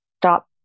stop